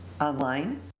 online